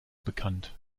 bekannt